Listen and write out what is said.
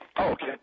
Okay